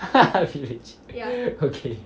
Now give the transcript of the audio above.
haha village okay